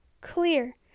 clear